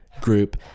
group